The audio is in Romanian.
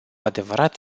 adevărat